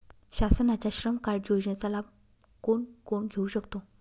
शासनाच्या श्रम कार्ड योजनेचा लाभ कोण कोण घेऊ शकतो?